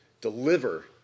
deliver